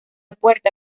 puerta